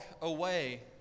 Away